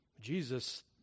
Jesus